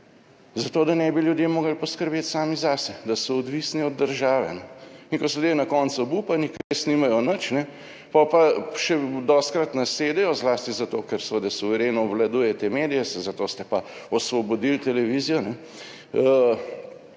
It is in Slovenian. zato, da ne bi ljudje morali poskrbeti sami zase, da so odvisni od države, ne, in ko so ljudje na koncu obupani, ker res nimajo nič, pol pa še dostikrat nasedejo, zlasti zato ker seveda suvereno obvladujete medije, saj zato ste pa osvobodili televizijo,